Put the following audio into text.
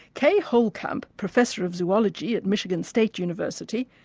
kay holekamp, professor of zoology at michigan state university,